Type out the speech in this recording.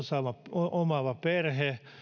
omaavat perheet